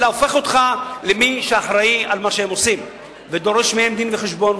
אלא הופך אותך למי שאחראי למה שהם עושים ודורש מהם דין-וחשבון,